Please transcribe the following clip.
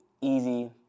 easy